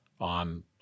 on